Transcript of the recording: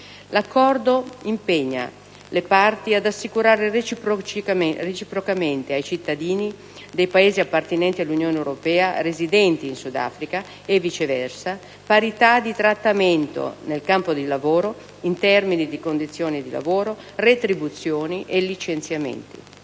L'Accordo impegna le parti ad assicurare reciprocamente ai cittadini dei Paesi appartenenti all'Unione europea residenti in Sud Africa e viceversa parità di trattamento nel campo del lavoro, in termini di condizioni di lavoro, retribuzione e licenziamenti.